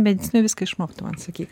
medicinoj viską išmoktum atsakyk